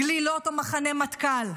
בגלילות ובמחנה מטכ"ל.